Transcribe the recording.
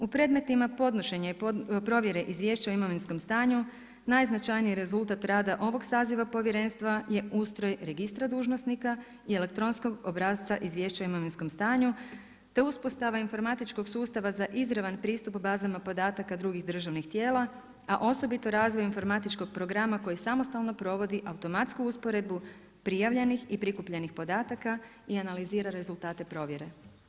U predmetima podnošenja i provjere Izvješća o imovinskom stanju najznačajniji rezultat rada ovoga saziva Povjerenstva je ustroj registra dužnosnika i elektronskog obrasca Izvješća o imovinskom stanju te uspostava informatičkog sustava za izravan pristup bazama podataka drugih državnih tijela, a osobito razvoj informatičkog programa koji samostalno provodi automatsku usporedbu prijavljenih i prikupljenih podataka i analizira rezultate provjere.